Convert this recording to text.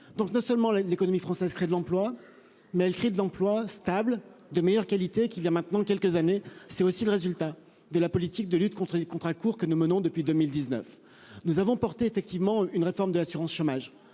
donc non seulement année l'économie française crée de l'emploi mais elle crée de l'emploi stable de meilleure qualité qu'il y a maintenant quelques années, c'est aussi le résultat de la politique de lutte contre les contrats courts que nous menons depuis 2019 nous avons porté effectivement une réforme de l'assurance chômage,